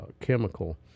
chemical